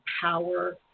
power